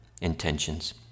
intentions